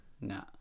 No